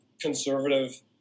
conservative